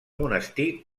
monestir